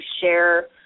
share